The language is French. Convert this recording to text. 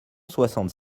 soixante